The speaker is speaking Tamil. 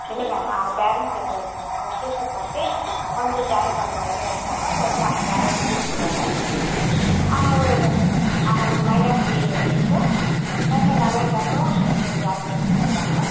இல்லை மேம் அவங்க பேரண்ட்ஸ் கிட்டே நாங்கள் டிஸ்கஷன் பண்ணிட்டு வந்து ஜாயின் பண்ணுற ஐடியா இருந்தாக்கா வந்து அவங்க பேரண்ட்டை கூட்டிட்டு வர்றேன் அவங்க அவங்க மைண்ட் ஆஃப் வே எப்படி இருக்கோ வந்து நல்லாயிருந்தாக்கா இது ஜாயின் பண்ணி விட்டுருவாங்க